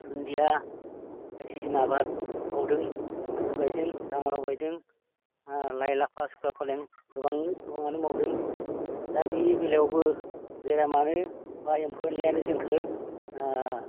धुन्दिया बायदिसिना आबाद मावदों आलु गायदों राङालाव गायदों लाइ लाफा सुखा फालें गोबां गोबाङानो मावदों दा बे बेलायावबो बेरामानो बा एम्फौ एन्लायानो जोंखौ